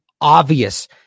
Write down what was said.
obvious